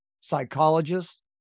psychologists